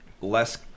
less